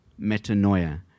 metanoia